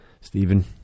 Stephen